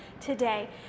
today